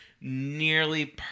nearly